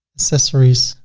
accessories,